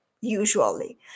usually